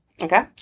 Okay